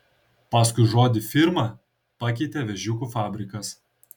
paskui žodį firma pakeitė vėžiukų fabrikas